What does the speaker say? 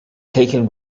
taken